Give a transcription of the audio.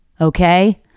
okay